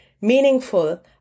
meaningful